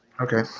okay